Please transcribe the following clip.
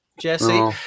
jesse